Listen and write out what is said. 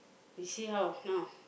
you see how now